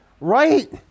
Right